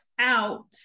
out